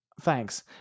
Thanks